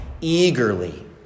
eagerly